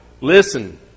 Listen